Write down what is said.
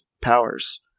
powers